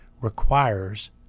requires